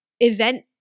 event